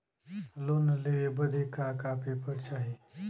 Loan लेवे बदे का का पेपर चाही?